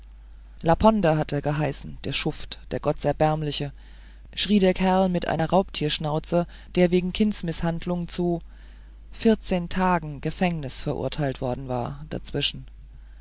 er geheißen der schuft der gottserbärmliche schrie ein kerl mit einer raubtierschnauze der wegen kindsmißhandlung zu vierzehn tagen gefängnis verurteilt worden war dazwischen